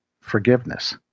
forgiveness